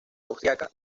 austriaca